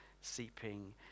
seeping